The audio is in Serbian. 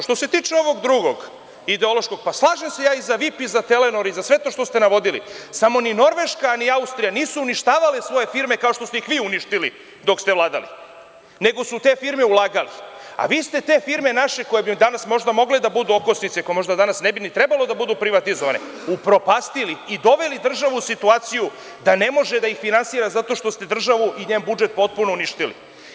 Što se tiče ovog drugog ideološkog, slažem se ja i za VIP, i za Telenor, i za sve to što ste navodili, Samo ni Norveška, ni Austrija nisu uništavali svoje firme, kao što ste ih vi uništili dok ste vladali, nego su te firme ulagale, a vi ste te naše firme koji bi danas mogle da budu okosnice, koje možda danas ne bi ni trebalo da budu privatizovane, upropastili i doveli državu u situaciju da ne može da ih finansira zato što ste državu i njen budžet potpuno uništili.